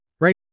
Right